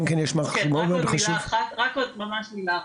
רק עוד מילה אחת.